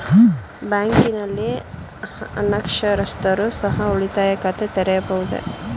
ಬ್ಯಾಂಕಿನಲ್ಲಿ ಅನಕ್ಷರಸ್ಥರು ಸಹ ಉಳಿತಾಯ ಖಾತೆ ತೆರೆಯಬಹುದು?